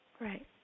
Right